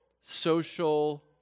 social